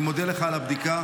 אני מודה לך על הבדיקה,